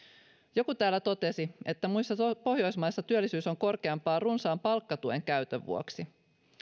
joku täällä totesi että muissa pohjoismaissa työllisyys on korkeampaa runsaan palkkatuen käytön vuoksi